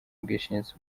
ubwishingizi